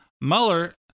Mueller